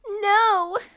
no